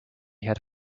had